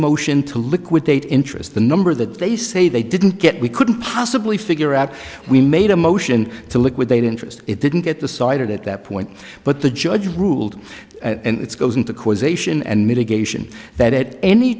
motion to liquidate interest the number that they say they didn't get we couldn't possibly figure out we made a motion to liquidate interest it didn't get the side at that point but the judge ruled it's goes into causation and mitigation that it any